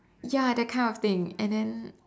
ya that kind of thing and then